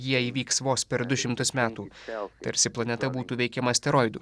jie įvyks vos per du šimtus metų tarsi planeta būtų veikiama asteroidų